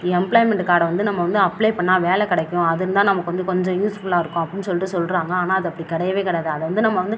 employment கார்டை வந்து நம்ம வந்து அப்ளே பண்ணால் வேலை கிடைக்கும் அது இருந்தால் நமக்கு வந்து கொஞ்சம் யூஸ்ஃபுல்லா இருக்கும் அப்படினு சொல்லிட்டு சொல்கிறாங்க ஆனால் அது அப்படி கிடையவே கிடயாது அதை வந்து நம்ம வந்து